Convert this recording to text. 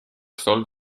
sold